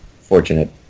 fortunate